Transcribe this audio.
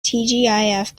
tgif